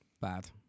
bad